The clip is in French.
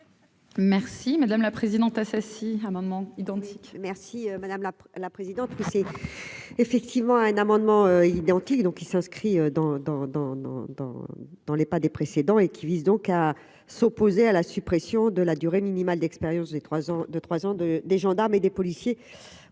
Merci madame la présidente